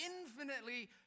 infinitely